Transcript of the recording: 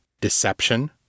Deception